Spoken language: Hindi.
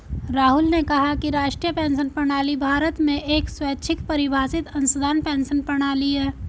राहुल ने कहा कि राष्ट्रीय पेंशन प्रणाली भारत में एक स्वैच्छिक परिभाषित अंशदान पेंशन प्रणाली है